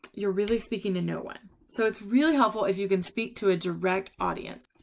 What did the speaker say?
you're really speaking to no. one. so it's really helpful if you. can speak to a direct audience.